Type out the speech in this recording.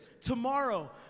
tomorrow